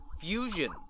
Fusion